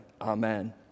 Amen